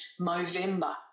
Movember